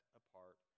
apart